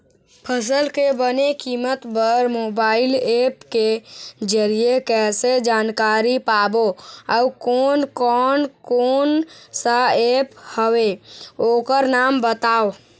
फसल के बने कीमत बर मोबाइल ऐप के जरिए कैसे जानकारी पाबो अउ कोन कौन कोन सा ऐप हवे ओकर नाम बताव?